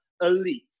Elite